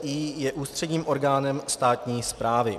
ÚPDI je ústředním orgánem státní správy.